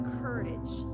courage